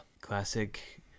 Classic